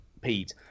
Pete